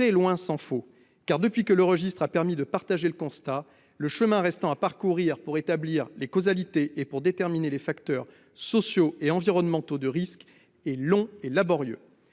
Loin de là ! Depuis qu'il a permis de partager le constat, le chemin restant à parcourir pour établir les causalités et déterminer les facteurs de risque sociaux et environnementaux est long et laborieux.